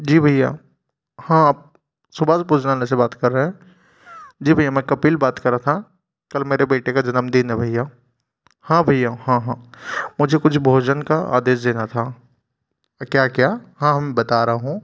जी भैया हाँ आप सुभाश भोजनालय से बात कर रहे हैं जी भैया मैं कपिल बात कर रहा था कल मेरे बेटे का जन्मदिन है भैया हाँ भैया हाँ हाँ मुझे कुछ भोजन का आदेश देना था क्या क्या हाँ हम बता रहा हूँ